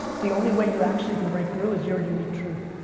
the only way you actually can break through is your unique truth,